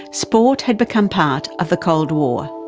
sport had become part of the cold war.